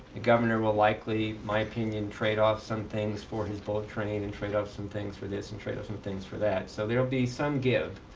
the governor will likely, my opinion, trade off some things for his bullet train and trade off some things for this and trade off some things for that. so there will be some give.